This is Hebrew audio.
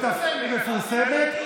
היא לא מפורסמת.